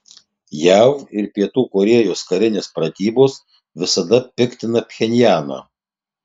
jav ir pietų korėjos karinės pratybos visada piktina pchenjaną